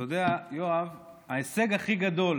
אתה יודע, יואב, ההישג הכי גדול